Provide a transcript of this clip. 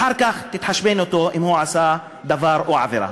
ואחר כך תתחשבן אתו אם הוא עשה דבר או עבירה.